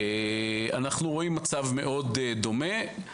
אנחנו רואים מצב מאוד דומה.